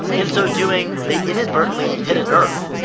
in so doing, they inadvertently hit a nerve.